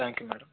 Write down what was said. thank you madam